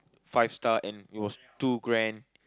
five star and it was too grand